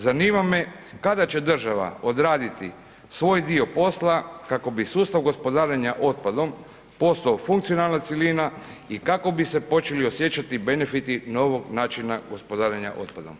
Zanima me kada će država odraditi svoj dio posla kako bi sustav gospodarenja otpadom postao funkcionalna cjelina i kako bi se počeli osjećati benefiti novog načina gospodarenja otpadom.